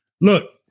Look